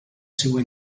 seua